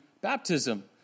baptism